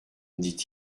dit